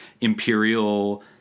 imperial